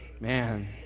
Man